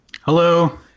hello